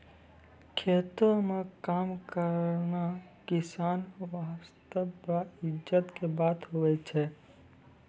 खेतों म काम करना किसान वास्तॅ बड़ा इज्जत के बात होय छै